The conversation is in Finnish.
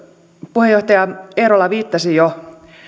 puheenjohtaja eerola viittasi jo